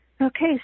Okay